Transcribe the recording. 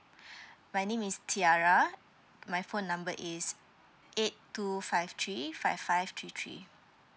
my name is tiara my phone number is eight two five three five five three three